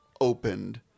opened